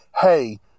hey